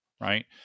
right